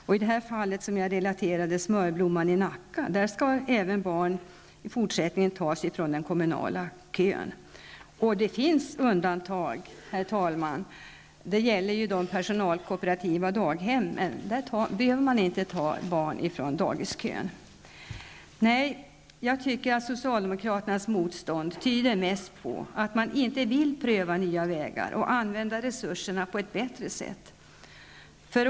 I det fall som jag relaterade -- Det finns undantag -- det gäller de personalkooperativa daghemmen; där behöver man inte ta barn från dagiskön. Nej, jag tycker att socialdemokraternas motstånd tyder mest på att man inte vill pröva nya vägar och använda resurserna på ett bättre sätt.